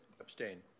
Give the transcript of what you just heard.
Abstain